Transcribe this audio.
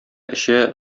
эчә